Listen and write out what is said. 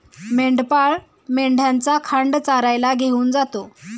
मेंढपाळ मेंढ्यांचा खांड चरायला घेऊन जातो